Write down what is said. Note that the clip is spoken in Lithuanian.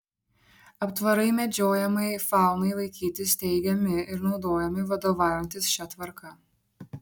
aptvarai medžiojamajai faunai laikyti steigiami ir naudojami vadovaujantis šia tvarka